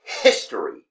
history